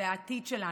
זה העתיד שלנו.